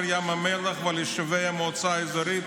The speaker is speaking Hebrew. ים המלח ועל יישובי המועצה האזורית